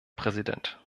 präsident